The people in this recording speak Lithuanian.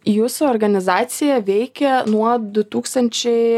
jūsų organizacija veikia nuo du tūkstančiai